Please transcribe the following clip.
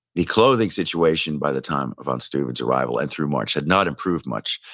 the clothing situation by the time of von steuben's arrival and through march had not improved much.